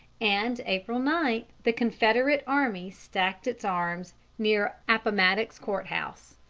and april nine the confederate army stacked its arms near appomattox court-house.